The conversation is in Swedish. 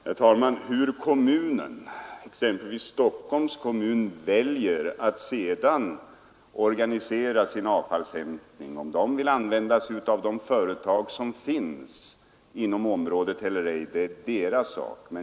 Herr talman! Hur kommunerna, exempelvis Stockholms kommun, väljer att organisera sin avfallshantering — om de vill använda de företag som finns inom området eller ej — är deras sak.